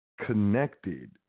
connected